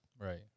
Right